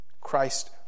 Christ